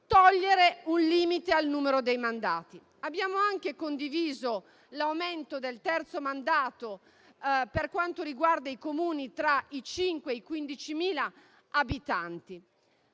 togliere il limite al numero dei mandati. Abbiamo anche condiviso l'aumento al terzo mandato per i Comuni tra i 5.000 e i 15.000 abitanti.